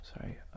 Sorry